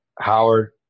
Howard